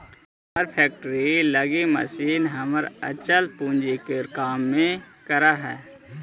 हमर फैक्ट्री लगी मशीन हमर अचल पूंजी के काम करऽ हइ